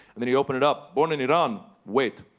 then he opened it up. born in iran? wait.